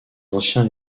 anciens